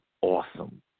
awesome